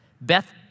Beth